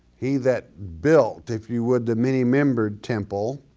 he that built if you would the many membered temple,